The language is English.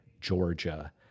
Georgia